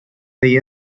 they